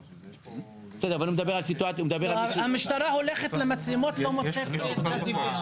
הוא מדבר על סיטואציה --- המשטרה הולכת למצלמות ולא מוצאת את הסרטון.